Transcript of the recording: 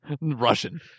Russian